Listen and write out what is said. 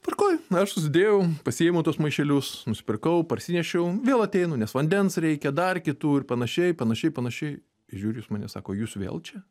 tvarkoj aš susidėjau pasiėmiau tuos maišelius nusipirkau parsinešiau vėl ateinu nes vandens reikia dar kitų ir panašiai panašiai panašiai žiūri jos į mane sako jūs vėl čia